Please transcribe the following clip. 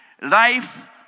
life